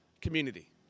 community